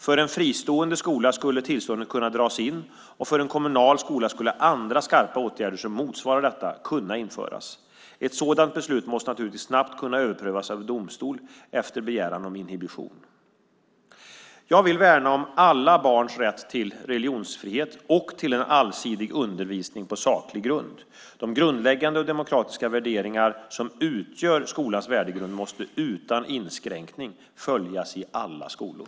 För en fristående skola skulle tillståndet kunna dras in och för en kommunal skola skulle andra skarpa åtgärder som motsvarar detta kunna införas. Ett sådant beslut måste naturligtvis snabbt kunna överprövas av domstol efter begäran om inhibition. Jag vill värna alla barns rätt till religionsfrihet och till en allsidig undervisning på saklig grund. De grundläggande och demokratiska värderingar som utgör skolans värdegrund måste utan inskränkning följas i alla skolor.